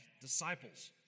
disciples